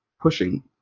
pushing